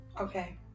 Okay